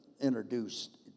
introduced